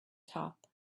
top